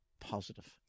positive